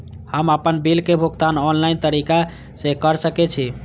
हम आपन बिल के भुगतान ऑनलाइन तरीका से कर सके छी?